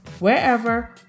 wherever